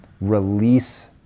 release